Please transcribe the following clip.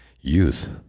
youth